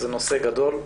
זה נושא גדול,